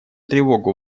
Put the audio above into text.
тревогу